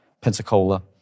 Pensacola